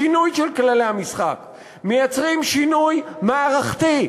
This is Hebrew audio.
בשינוי של כללי המשחק מייצרים שינוי מערכתי,